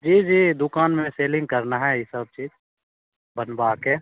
जी जी दुकान में सेलिंग करना है ये सब चीज बनवा कर